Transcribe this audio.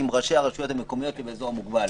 עם ראשי הרשויות המקומיות שבאזור המוגבל".